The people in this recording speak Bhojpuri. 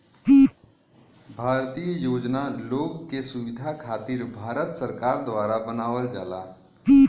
भारतीय योजना लोग के सुविधा खातिर भारत सरकार द्वारा बनावल जाला